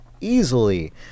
easily